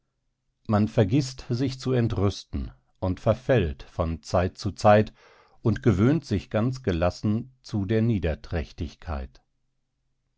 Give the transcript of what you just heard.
man vergißt sich zu entrüsten und verfällt von zeit zu zeit und gewöhnt sich ganz gelassen zu der niederträchtigkeit